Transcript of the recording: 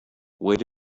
wait